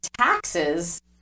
taxes